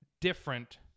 different